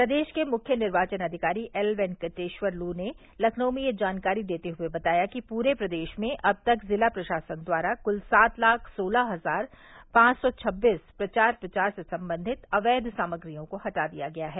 प्रदेश के मुख्य निर्वाचन अधिकारी एलवेंकेटेश्यर लू ने लखनऊ में यह जानकारी देते हुए बताया कि पूरे प्रदेश में अब तक जिला प्रशासन द्वारा कुल सात लाख सोलह हजार पांच सौ छबीस प्रचार प्रसार से संबंधित अवैध सामग्रियों को हटा दिया गया है